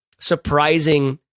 surprising